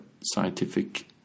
scientific